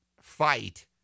fight